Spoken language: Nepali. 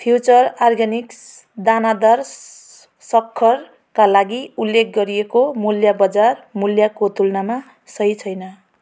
फ्युचर अर्ग्यानिक्स दानादार सक्खरका लागि उल्लेख गरिएको मूल्य बजार मूल्यको तुलनामा सही छैन